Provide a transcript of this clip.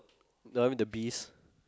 the I mean the bees